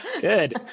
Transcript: Good